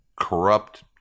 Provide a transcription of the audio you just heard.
corrupt